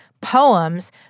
poems